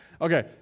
Okay